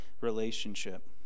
relationship